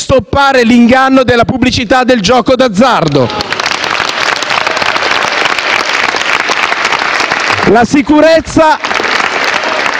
stoppare l'inganno della pubblicità del gioco d'azzardo. *(Applausi